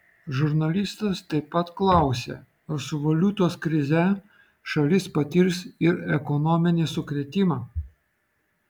žurnalistas taip pat klausė ar su valiutos krize šalis patirs ir ekonominį sukrėtimą